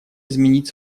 изменить